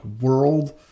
world